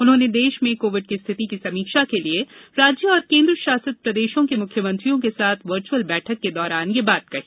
उन्होंने देश में कोविड की स्थिति की समीक्षा के लिए राज्य और केंद्र शासित प्रदेशों के मुख्यमंत्रियों के साथ वर्चुअल बैठक के दौरान यह बात कही